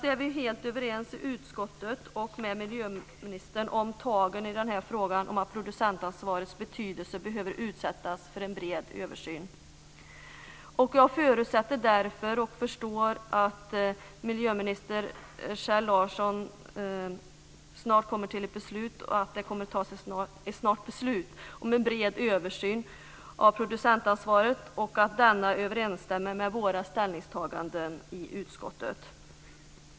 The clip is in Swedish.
Vi är alltså helt överens i utskottet och med miljöministern om tagen i denna fråga och om att producentansvarets betydelse behöver utsättas för en bred översyn. Jag förstår att miljöminister Kjell Larsson kommer att fatta ett snart beslut om en bred översyn av producentansvaret, och jag förutsätter att denna överensstämmer med våra ställningstaganden i utskottet.